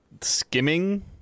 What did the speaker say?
skimming